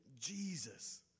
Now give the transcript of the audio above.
Jesus